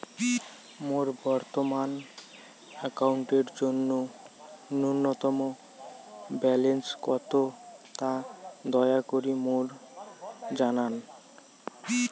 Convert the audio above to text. মোর বর্তমান অ্যাকাউন্টের জন্য ন্যূনতম ব্যালেন্স কত তা দয়া করি মোক জানান